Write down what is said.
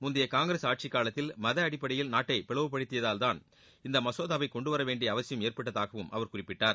முந்தைய காங்கிரஸ் ஆட்சிக் காலத்தில் மத அடிப்படையில் நாட்டை பிளவுபடுத்தியதால்தாள் இந்த மசோதாவை கொண்டுவர வேண்டிய அவசியம் ஏற்பட்டதாகவும் அவர் குறிப்பிட்டார்